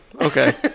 okay